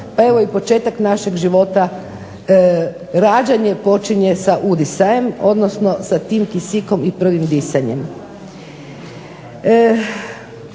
pa evo i početak našeg života rađanje počinje sa udisajem odnosno sa tim kisikom i prvim disanjem.